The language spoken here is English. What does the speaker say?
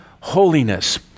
holiness